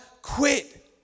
quit